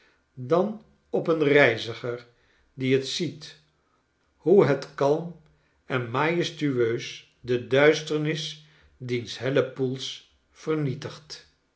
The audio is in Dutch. dan op een reizigr die het ziet hoe het kalm en majestueus de duisternis diens helpoels vernietigt